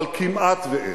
אבל כמעט שאין.